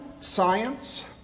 science